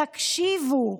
תקשיבו.